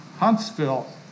Huntsville